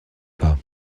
pas